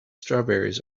strawberries